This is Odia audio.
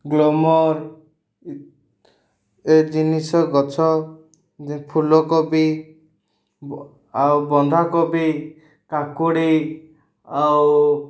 ଗ୍ଲୋମର୍ ଏ ଜିନିଷ ଗଛ ଯେ ଫୁଲକୋବି ଆଉ ବନ୍ଧାକୋବି କାକୁଡ଼ି ଆଉ